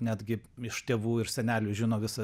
netgi iš tėvų ir senelių žino visą